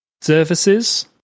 services